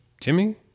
Jimmy